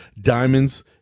diamonds